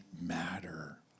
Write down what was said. matter